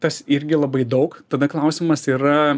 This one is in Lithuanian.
tas irgi labai daug tada klausimas yra